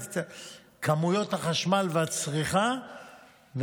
כמויות החשמל והצריכה,